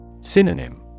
Synonym